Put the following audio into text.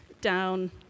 down